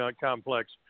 complex